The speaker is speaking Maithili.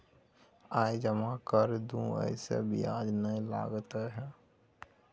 आय जमा कर दू ऐसे ब्याज ने लगतै है?